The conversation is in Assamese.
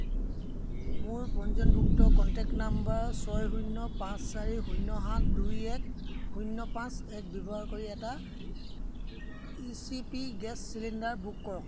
মোৰ পঞ্জীয়নভুক্ত কন্টেক্ট নম্বৰ ছয় শূন্য পাঁচ চাৰি শূন্য সাত দুই এক শূন্য পাঁচ এক ব্যৱহাৰ কৰি এটা H P gas cylinder book কৰক